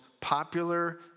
popular